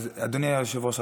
אדוני היושב-ראש,